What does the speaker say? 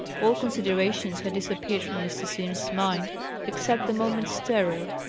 all considerations had disappeared from mr. simms's mind except the moment's terror.